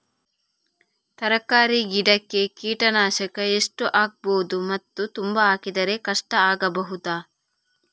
ತರಕಾರಿ ಗಿಡಕ್ಕೆ ಕೀಟನಾಶಕ ಎಷ್ಟು ಹಾಕ್ಬೋದು ಮತ್ತು ತುಂಬಾ ಹಾಕಿದ್ರೆ ಕಷ್ಟ ಆಗಬಹುದ?